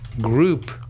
group